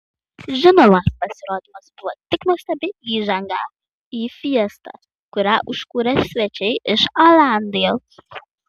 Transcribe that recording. žinoma pasirodymas buvo tik nuostabi įžanga į fiestą kurią užkūrė svečiai iš olandijos